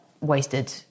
wasted